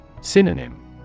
Synonym